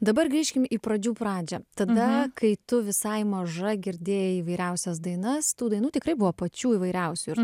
dabar grįžkim į pradžių pradžią tada kai tu visai maža girdėjai įvairiausias dainas tų dainų tikrai buvo pačių įvairiausių ir